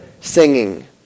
singing